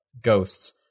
ghosts